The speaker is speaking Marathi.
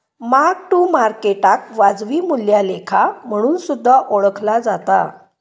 मार्क टू मार्केटाक वाजवी मूल्या लेखा म्हणून सुद्धा ओळखला जाता